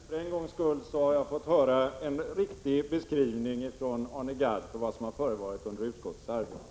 Herr talman! Jag kan också intyga att jag för en gångs skull har fått höra en helt riktig beskrivning från Arne Gadd av vad som förevarit under finansutskottets arbete.